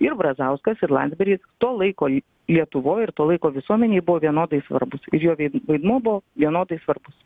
ir brazauskas ir landsbergis to laiko lietuvoj ir to laiko visuomenei buvo vienodai svarbūs ir jo vaidmuo buvo vienodai svarbus